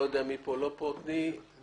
אני לא יודע מפה לפה, תני ככה.